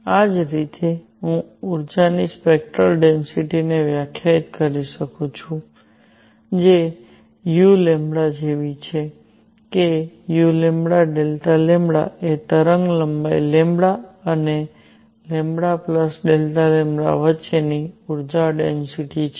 આ જ રીતે હું ઊર્જાની સ્પેક્ટરલ ડેન્સિટિને વ્યાખ્યાયિત કરી શકું છું જે u જેવી છે કે uΔλ એ તરંગલંબાઈ અને Δλ વચ્ચેની ઊર્જા ડેન્સિટિ છે